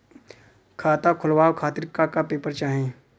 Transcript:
खाता खोलवाव खातिर का का पेपर चाही?